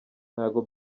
ntago